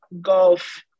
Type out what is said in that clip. golf